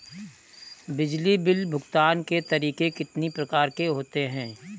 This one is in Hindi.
बिजली बिल भुगतान के तरीके कितनी प्रकार के होते हैं?